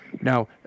Now